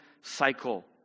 cycle